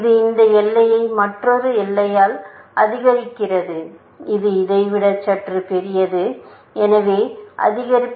இது இந்த எல்லையை மற்றொரு எல்லையால் அதிகரிக்கிறது இது இதைவிட சற்று பெரியது எனவே அதிகரிப்பு